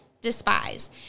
despise